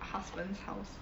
husband's house